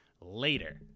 later